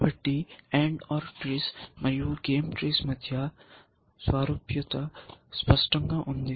కాబట్టి AND OR TREES మరియు game trees మధ్య సారూప్యత స్పష్టంగా ఉంది